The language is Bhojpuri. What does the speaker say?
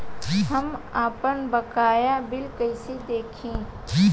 हम आपनबकाया बिल कइसे देखि?